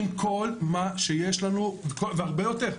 עם כל מה שיש לנו, והרבה יותר.